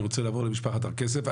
אני רוצה לעבור למשפחת הר כסף,